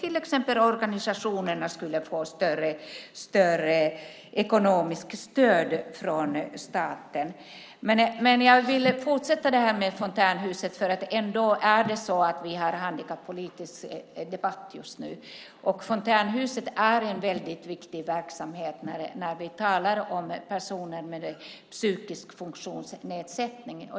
Till exempel skulle organisationerna kunna få större ekonomiskt stöd från staten. Jag vill fortsätta tala om fontänhusen eftersom detta är en handikappolitisk debatt. Fontänhusen är en viktig verksamhet när vi talar om personer med psykisk funktionsnedsättning.